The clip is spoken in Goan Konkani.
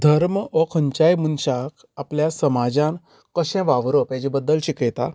धर्म हो खंयच्याय मनशाक आपल्या समाजांत कशें वावरप हेचे बद्दल शिकयता